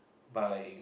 by